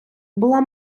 була